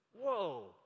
Whoa